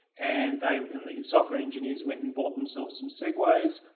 and they, and the software engineers went and bought themselves some segway's.